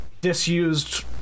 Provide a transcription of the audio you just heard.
disused